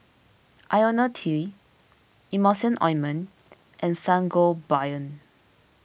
Lonil T Emulsying Ointment and Sangobion